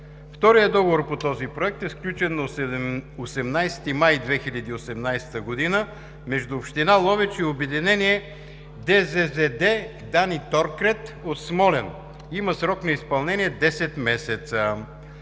Вторият договор по този проект е сключен на 18 май 2018 г. между община Ловеч и обединение ДЗЗД „Дани Торкрет“ от Смолян. Има срок на изпълнение 10 месеца.